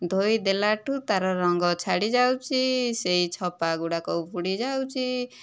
ଧୋଇ ଦେଲାଠୁ ତା'ର ରଙ୍ଗ ଛାଡ଼ିଯାଉଛି ସେହି ଛପା ଗୁଡ଼ାକ ଉପୁଡ଼ି ଯାଉଛି